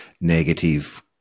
negative